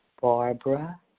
Barbara